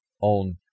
on